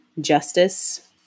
justice